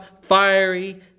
fiery